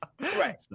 right